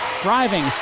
Driving